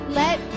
let